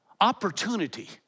opportunity